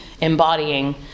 embodying